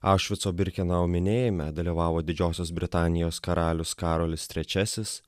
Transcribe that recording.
aušvico birkenau minėjime dalyvavo didžiosios britanijos karalius karolis trečiasis